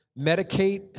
medicate